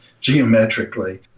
geometrically